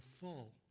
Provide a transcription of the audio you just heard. full